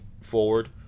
forward